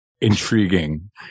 intriguing